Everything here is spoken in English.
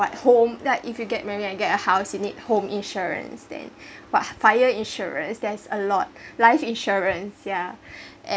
at home like if you get married and you get a house you need home insurance then what fire insurances there's a lot life insurance yeah and